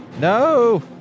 No